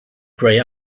grey